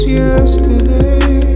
yesterday